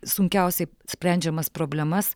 sunkiausiai sprendžiamas problemas